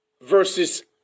versus